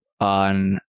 on